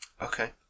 okay